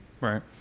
Right